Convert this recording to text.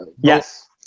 Yes